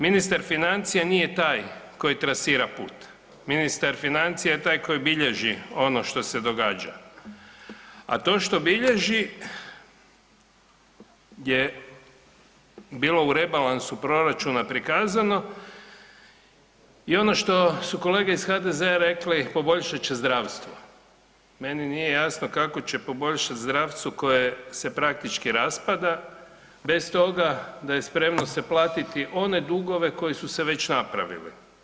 Ministar financija nije taj koji trasira put, ministar financija je taj koji bilježi ono što se događa, a to što bilježi je bilo u rebalansu proračuna prikazano i ono što su kolege iz HDZ-a rekli poboljšat će zdravstvo, meni nije jasno kako će poboljšati zdravstvo koje se praktički raspada bez toga da je spremno se platiti one dugove koji su se već napravili.